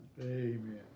Amen